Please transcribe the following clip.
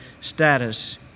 status